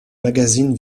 magazines